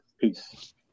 Peace